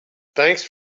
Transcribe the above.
thanks